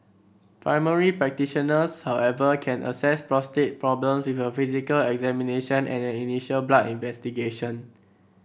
primary practitioners however can assess prostate problems with a physical examination and an initial blood investigation